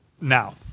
now